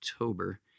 October